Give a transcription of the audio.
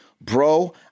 Bro